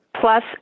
Plus